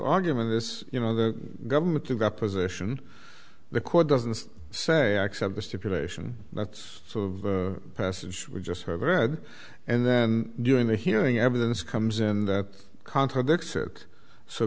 argument is you know the government got a position the court doesn't say accept the stipulation that's sort of passage we just heard and then during the hearing evidence comes in that contradicts it so